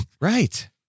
Right